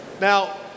Now